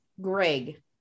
Greg